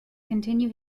continue